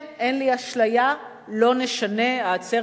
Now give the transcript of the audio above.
אנו תקווה כי הפתרון שסוכם יאפשר הפעלה תקינה של האתר אשר